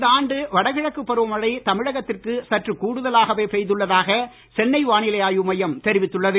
இந்த ஆண்டு வடகிழக்கு பருவமழை தமிழகத்திற்கு சற்று கூடுதலாகவே பெய்துள்ளதாக சென்னை வானிலை ஆய்வு மையம் தெரிவித்துள்ளது